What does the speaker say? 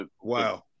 Wow